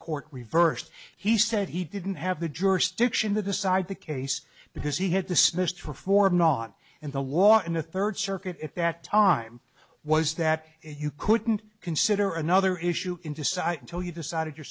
court reversed he said he didn't have the jurisdiction the decide the case because he had dismissed her for not and the law in the third circuit at that time was that you couldn't consider another issue in decide until you decided your